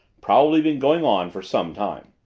probably been going on for some time.